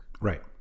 Right